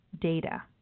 data